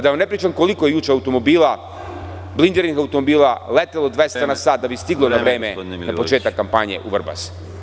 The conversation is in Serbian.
Da vam ne pričam koliko je juče blindiranih automobila letelo 200 na sat da bi siglo na vreme na početak kampanje u Vrbas.